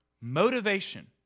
Motivation